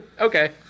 Okay